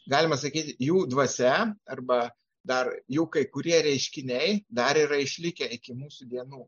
galima sakyti jų dvasia arba dar jų kai kurie reiškiniai dar yra išlikę iki mūsų dienų